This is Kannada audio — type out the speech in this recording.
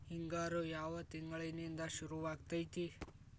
ಹಿಂಗಾರು ಯಾವ ತಿಂಗಳಿನಿಂದ ಶುರುವಾಗತೈತಿ?